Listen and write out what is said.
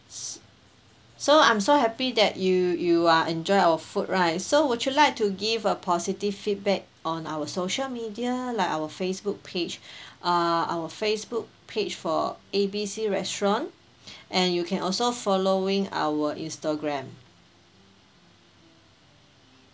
so I'm so happy that you you are enjoy our food right so would you like to give a positive feedback on our social media like our Facebook page uh our Facebook page for A B C restaurant and you can also following our Instagram